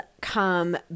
come